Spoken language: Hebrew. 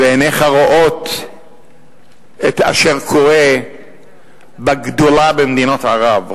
ועיניך רואות את אשר קורה בגדולה במדינות ערב.